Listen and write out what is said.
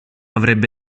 avrebbe